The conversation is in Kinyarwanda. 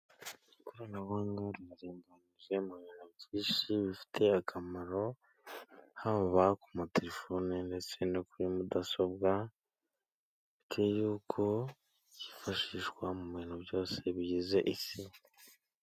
Ikoranabuhanga, rirarimbanyije mu byinshi bifiti akamaro, haba ku materefone, ndetse no kuri mudasobwa, bitewe n'uko yifashishwa mu bintu byose bigize isi.